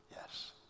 yes